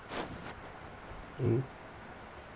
mmhmm